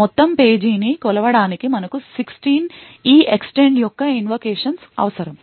మొత్తం పేజీని కొలవడానికి మనకు 16 EEXTEND యొక్క invocations అవసరం